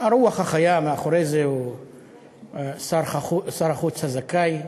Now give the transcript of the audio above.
שהרוח החיה מאחורי זה הוא שר החוץ הזכאי,